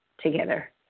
together